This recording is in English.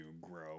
grow